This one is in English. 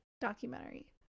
documentary